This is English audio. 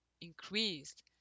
increased